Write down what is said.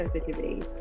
sensitivity